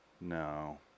No